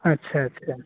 अच्छा अच्छा